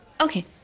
Okay